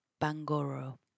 Bangoro